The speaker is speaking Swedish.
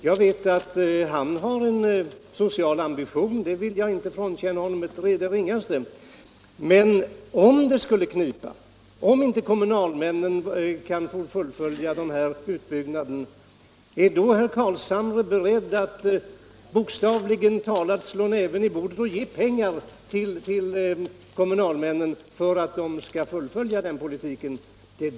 Jag vet att han har en social ambition, och jag vill inte det ringaste frånkänna honom denna. Men om det skulle knipa, så att kommunalmännen inte kan fullfölja denna utbyggnad, är då herr Carlshamre beredd att bokstavligt talat slå näven i bordet och ge pengar till kommunalmännen för att fullfölja planerna?